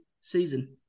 season